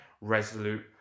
resolute